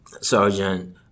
Sergeant